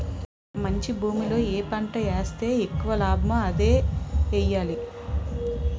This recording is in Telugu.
మంచి భూమిలో ఏ పంట ఏస్తే ఎక్కువ లాభమో అదే ఎయ్యాలి